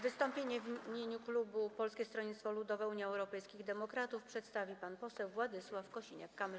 Wystąpienie w imieniu klubu Polskiego Stronnictwa Ludowego - Unii Europejskich Demokratów przedstawi pan poseł Władysław Kosiniak-Kamysz.